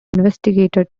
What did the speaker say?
investigator